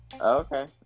Okay